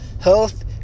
health